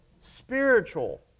spiritual